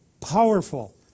powerful